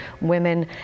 women